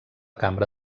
cambra